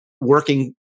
working